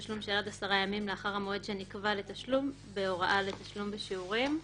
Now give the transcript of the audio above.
תשלום עד 10 ימים לאחר המועד שנקבע לתשלום בהוראה לתשלום בשיעורים".